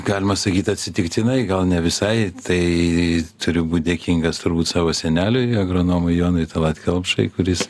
galima sakyt atsitiktinai gal ne visai tai turiu būt dėkingas savo seneliui agronomui jonui tallat kelpšai kuris